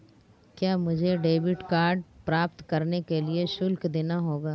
क्या मुझे debit card प्राप्त करने के लिए शुल्क देना होगा?